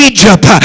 Egypt